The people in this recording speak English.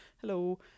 hello